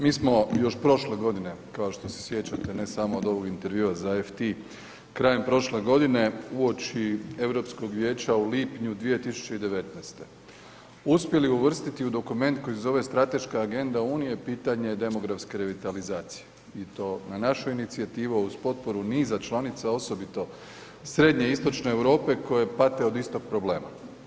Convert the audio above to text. Mi smo još prošle godine kao što se sjećate ne samo od ovog intervjua za FT krajem prošle godine uoči Europskog vijeća u lipnju 2019. uspjeli uvrstiti u dokument koji se zove „Strateška agenda Unije pitanje demografske revitalizacije“ i to na našu inicijativu, a uz potporu niza članica osobito Srednje i Istočne Europe koje pate od istog problema.